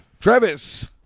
Travis